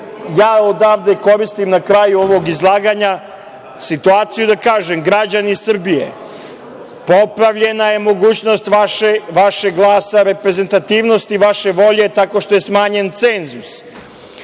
ja odavde koristim, na kraju ovog izlaganja, situaciju da kažem – građani Srbije, popravljena je mogućnost vašeg glasa, reprezentativnosti vaše volje tako što je smanjen cenzus,